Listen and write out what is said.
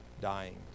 dying